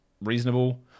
reasonable